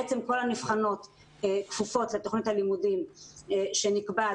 בעצם כל הנבחנות כפופות לתכנית הלימודים שנקבעת